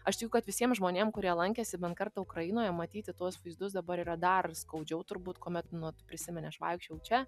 aš tikiu kad visiem žmonėm kurie lankėsi bent kartą ukrainoje matyti tuos vaizdus dabar yra dar skaudžiau turbūt kuomet nu tu prisimeni aš vaikščiojau čia